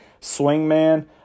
swingman